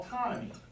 autonomy